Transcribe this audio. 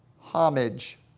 homage